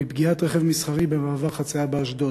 מפגיעת רכב מסחרי במעבר חציה באשדוד.